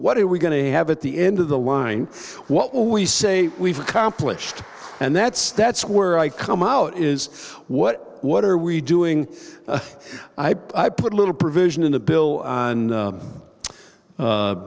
what are we going to have at the end of the line what will we say we've accomplished and that's that's where i come out is what what are we doing i put a little provision in the bill